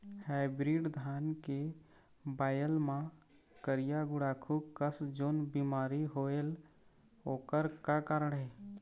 Hybrid धान के बायेल मां करिया गुड़ाखू कस जोन बीमारी होएल ओकर का कारण हे?